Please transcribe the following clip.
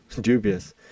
Dubious